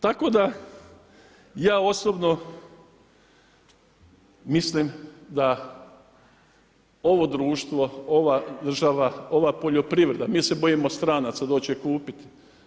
Tako da ja osobno mislim da ovo društvo, ova država, ova poljoprivreda, mi se bojimo stranaca, doći će kupiti.